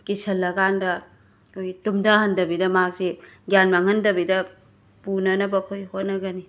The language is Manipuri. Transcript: ꯀꯤꯁꯜꯂꯀꯥꯟꯗ ꯑꯩꯈꯣꯏꯒꯤ ꯇꯨꯝꯊꯍꯟꯗꯕꯤꯗ ꯃꯥꯁꯤ ꯒ꯭ꯌꯥꯟ ꯃꯥꯡꯍꯟꯗꯕꯤꯗ ꯄꯨꯅꯅꯕ ꯑꯩꯈꯣꯏ ꯍꯣꯠꯅꯒꯅꯤ